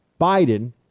Biden